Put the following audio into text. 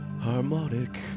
harmonic